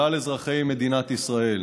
כלל אזרחי מדינת ישראל,